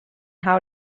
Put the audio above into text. how